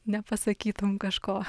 nepasakytum kažko